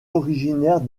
originaire